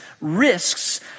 risks